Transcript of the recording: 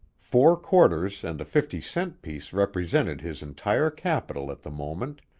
four quarters and a fifty-cent piece represented his entire capital at the moment,